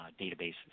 databases